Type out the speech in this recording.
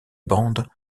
bande